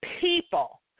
people